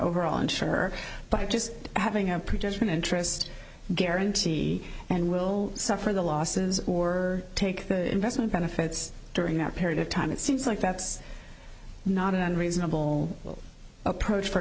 over on sure but just having a production interest guarantee and will suffer the losses or take the investment benefits during that period of time it seems like that's not an unreasonable approach for